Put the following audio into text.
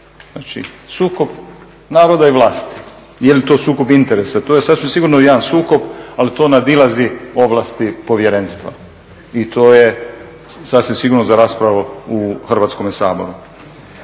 znači sukob naroda i vlasti. Jeli to sukob interesa? To je sasvim sigurno jedan sukob, ali to nadilazi ovlasti povjerenstva i to je sigurno za raspravu u Hrvatskome saboru.